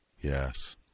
Yes